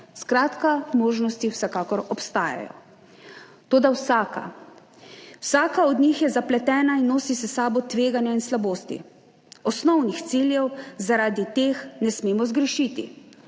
skratka možnosti vsekakor obstajajo. Toda vsaka od njih je zapletena in nosi s sabo tveganja in slabosti. Osnovnih ciljev zaradi teh ne smemo zgrešiti,